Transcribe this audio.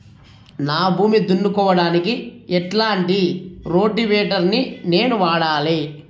నా భూమి దున్నుకోవడానికి ఎట్లాంటి రోటివేటర్ ని నేను వాడాలి?